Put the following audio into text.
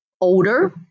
older